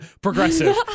progressive